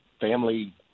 family